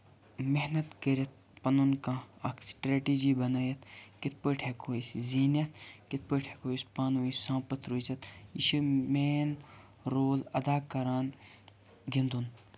محنت کٔرِتھ پَنُن کانٛہہ اکھ سِٹریٹِجی بَنٲوِتھ کِتھٕ پٲٹھۍ ہیٚکو أسۍ زیٖنِتھ کِتھٕ پٲٹھۍ ہیٚکو أسۍ پانہٕ ؤنۍ سامپَتھ روٗزِتھ یہِ چھِنہٕ مین رول اَدا کران گِنٛدُن